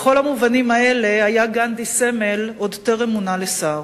בכל המובנים האלה היה גנדי סמל עוד טרם מונה לשר.